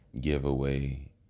giveaway